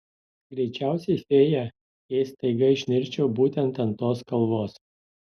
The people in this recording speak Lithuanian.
greičiausiai fėja jei staiga išnirčiau būtent ant tos kalvos